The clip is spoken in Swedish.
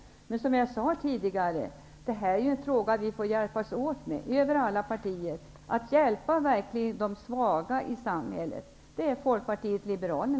Detta är, som jag sade tidigare, ett problem som vi får hjälpas åt med. Vi får från alla partier se till att verkligen hjälpa de svaga i samhället. Det är